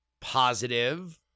Positive